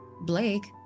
Blake